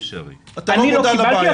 אני לא קיבלתי,